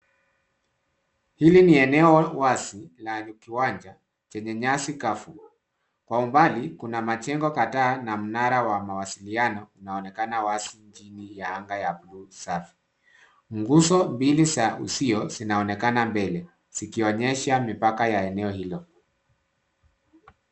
Hili ni eneo wazi la kiwanja chenye nyasi kavu. Kwa umbali kuna majengo kadhaa na mnara wa mawasiliano unaonekana wazi chini ya anga ya bluu safi. Nguzo mbili za uzio zinaonekana mbele zikionyesha mipaka ya eneo hilo.